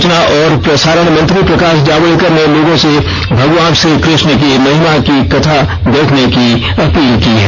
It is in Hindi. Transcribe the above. सूचना और प्रसारण मंत्री प्रकाश जावड़ेकर ने लोगों से भगवान श्रीकृष्ण की महिमा की कथा देखने की ें अपील की है